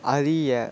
அறிய